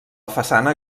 façana